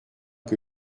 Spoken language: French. que